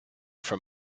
from